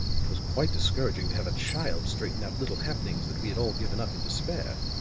it was quite discouraging to have a child straighten out little happenings that we had all given up in despair.